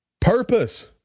Purpose